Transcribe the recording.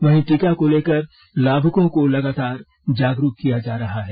वहीं टीका को लेकर लाभुकों को लगातार जागरूक किया जा रहा है